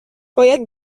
باید